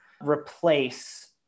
replace